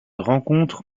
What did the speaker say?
rencontre